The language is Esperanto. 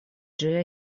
ĝia